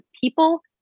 people